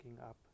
up